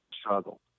struggle